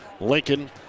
Lincoln